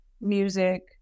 music